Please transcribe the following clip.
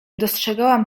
dostrzegałam